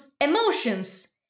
emotions